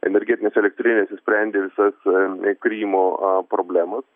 energetines elektrines išsprendė visas a krymo a problemas